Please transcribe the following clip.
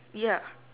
ya